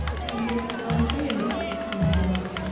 i smell food, he laughed.